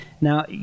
Now